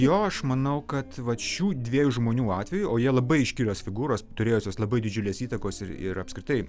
jo aš manau kad vat šių dviejų žmonių atveju o jie labai iškilios figūros turėjusios labai didžiulės įtakos ir ir apskritai